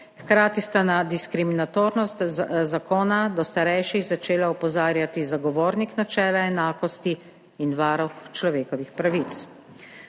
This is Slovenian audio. Hkrati sta na diskriminatornost zakona do starejših začela opozarjati Zagovornik načela enakosti in Varuh človekovih pravic.